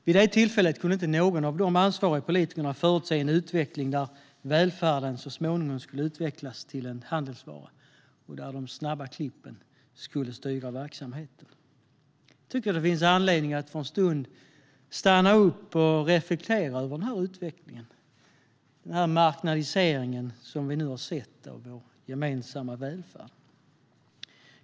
Vid det tillfället kunde inte någon av de ansvariga politikerna förutse en utveckling där välfärden så småningom skulle utvecklas till en handelsvara där snabba klipp styr verksamheten. Det finns anledning att för en stund stanna upp och reflektera över den utveckling, den marknadisering av vår gemensamma välfärd som vi nu har sett.